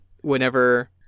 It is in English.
whenever